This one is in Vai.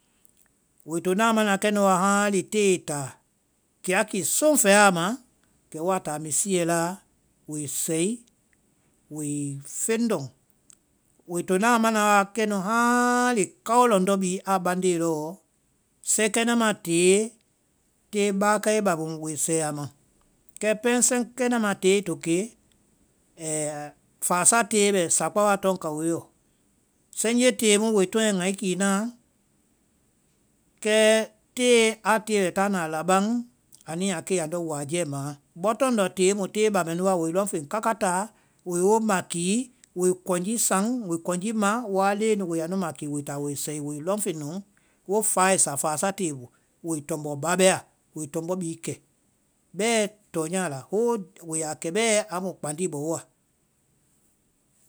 woi tona a mana kɛnu wa haŋlii tée i táa, kilaki soŋ fɛaa ma, kɛ woa táa misiyɛ láa woe sɛi, woei fɛŋ lɔŋ. Woei tona amana wa kɛnu haŋlii kao lɔndɔ́ bee a baŋndee lɔɔ, sɛikɛnɛma tée, tée báakae ba mu muĩ sɛi ama, kɛ pɛŋ sɛikɛnɛ i to ke, fáa sa tée bɛ sakpa wa tɔŋkawoe yɔ. senje tée mu woi tɔŋɛ ŋgaikíínaã, kɛɛ tée a tie wɛ táa na a labaŋ anu yaa kee wáa jɛɛmaã, bɔtɔŋndɔ tée mu tée ba mɛnu wa, woi lɔŋ feŋ káká táa, woi wo mãkíí, woi kɔŋji saŋ, woi kɔŋji ma, woa leŋɛ nu wo ya nu makíí wo táa wo sɛi, wo lɔŋfeŋ lɔŋ, wo fáa i sa, fáa sa tée mu. Woei tɔmbɔ ba baya, woei tɔmbɔ bee kɛ bɛɛ tɔnya la, ho- wo yaa kɛ bɛɛ amu kpandi i bɔ woa.